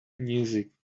music